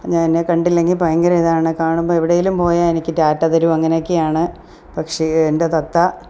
ഞ എന്നെ കണ്ടില്ലെങ്കിൽ ഭയങ്കര ഇതാണ് കാണുമ്പോൾ എവിടെയെങ്കിലും പോയാൽ എനിക്കു റ്റാറ്റ തരും അങ്ങനെയൊക്കെയാണ് പക്ഷേ എൻ്റെ തത്ത